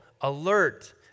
alert